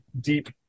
deep